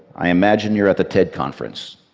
i imagine you're at the ted conference.